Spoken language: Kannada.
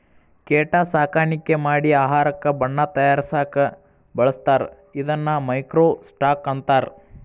ಕೇಟಾ ಸಾಕಾಣಿಕೆ ಮಾಡಿ ಆಹಾರಕ್ಕ ಬಣ್ಣಾ ತಯಾರಸಾಕ ಬಳಸ್ತಾರ ಇದನ್ನ ಮೈಕ್ರೋ ಸ್ಟಾಕ್ ಅಂತಾರ